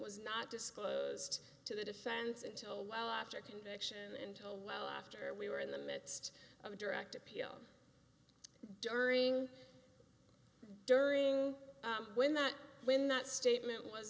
was not disclosed to the defense until well after conviction into well after we were in the midst of a direct appeal during during when that when that statement was